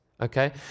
Okay